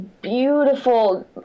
beautiful